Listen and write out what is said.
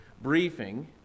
briefing